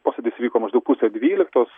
posėdis vyko maždaug pusę dvyliktos